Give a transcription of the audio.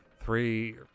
three